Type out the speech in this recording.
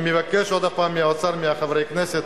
אני מבקש עוד פעם מהאוצר ומחברי הכנסת